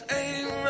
aim